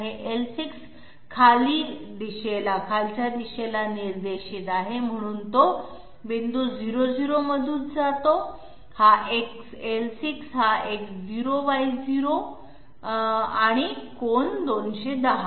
l6 खाली दिशेला निर्देशित आहे आणि म्हणून तो पॉईंट 00 मधून जातो l6 हा X0Y0 आहे आणि कोन 210 आहे